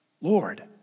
Lord